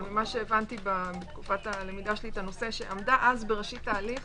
אבל הבנתי שעמדה אז בראשית ההליך